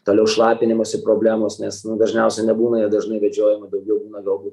toliau šlapinimosi problemos nes dažniausiai nebūna jie dažnai vedžiojami daugiau būna galbūt